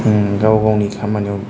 गाव गावनि खामानियाव